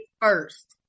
first